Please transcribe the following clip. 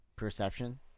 Perception